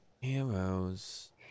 Heroes